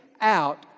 out